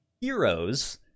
heroes